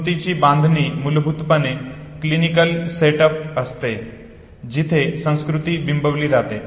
स्मृतीची बांधणी मूलभूतपणे क्लिनिकल सेटअप असते जिथे स्मृती बिंबवली जाते